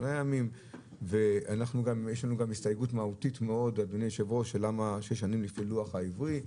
יש לנו גם הסתייגות מהותית מאוד למה שש שנים לפי הלוח העברי.